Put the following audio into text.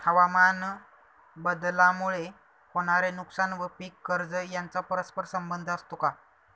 हवामानबदलामुळे होणारे नुकसान व पीक कर्ज यांचा परस्पर संबंध असतो का?